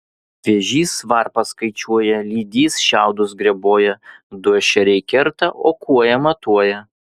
vėžys varpas skaičiuoja lydys šiaudus greboja du ešeriai kerta o kuoja matuoja